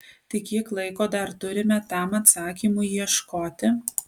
tai kiek laiko dar turime tam atsakymui ieškoti